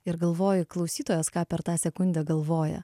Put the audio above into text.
ir galvoji klausytojas ką per tą sekundę galvoja